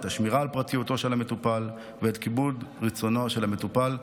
את השמירה על פרטיותו של המטופל ואת כיבוד רצונו של המטופל,